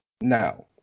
Now